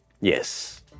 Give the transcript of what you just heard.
Yes